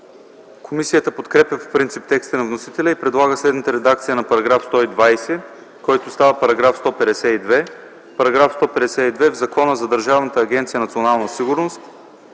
Комисията подкрепя по принцип текста на вносителя и предлага следната редакция на § 120, който става § 152: „§ 152. В Закона за Държавната агенция „Национална сигурност”